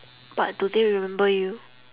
but do they remember you